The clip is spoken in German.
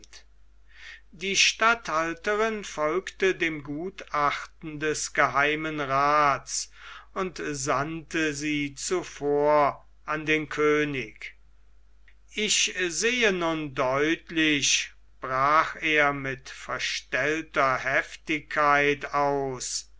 die statthalterin folgte dem gutachten des geheimen raths und sandte sie zuvor an den könig ich sehe nun deutlich brach er mit verstellter heftigkeit aus